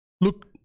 Look